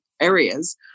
areas